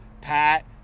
Pat